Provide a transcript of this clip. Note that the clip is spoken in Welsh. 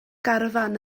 garafán